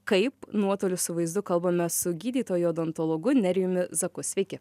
kaip nuotolius su vaizdu kalbame su gydytoju odontologu nerijumi zaku sveiki